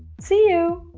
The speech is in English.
see you!